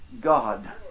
God